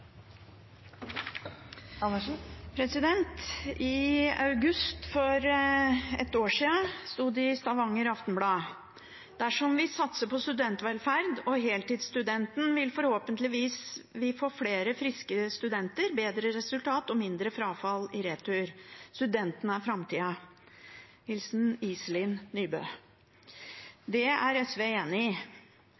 I august for ett år siden sto det i Stavanger Aftenblad: «Dersom vi satser på studentvelferd og heltidsstudenten, vil vi forhåpentligvis få friskere studenter, bedre resultater og mindre frafall i retur. Studentene er framtida,» hilsen Iselin Nybø.